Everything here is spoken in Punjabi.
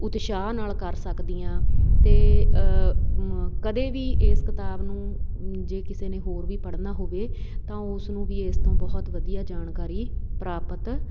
ਉਤਸ਼ਾਹ ਨਾਲ ਕਰ ਸਕਦੀ ਹਾਂ ਅਤੇ ਕਦੇ ਵੀ ਇਸ ਕਿਤਾਬ ਨੂੰ ਜੇ ਕਿਸੇ ਨੇ ਹੋਰ ਵੀ ਪੜ੍ਹਨਾ ਹੋਵੇ ਤਾਂ ਉਸ ਨੂੰ ਵੀ ਇਸ ਤੋਂ ਬਹੁਤ ਵਧੀਆ ਜਾਣਕਾਰੀ ਪ੍ਰਾਪਤ